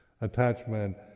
attachment